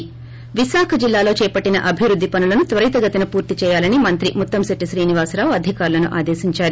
ి విశాఖ జిల్లాలో చేపట్టిన అభివృద్ది పనులను త్వరితగతిన పూర్తి చేయాలని మంత్రి ముత్తంశెట్లి శ్రీనివాసరావు అధికారులను ఆదేశించారు